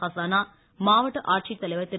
ஹசானா மாவட்ட ஆட்சித் தலைவர் திரு